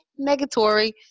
Negatory